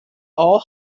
all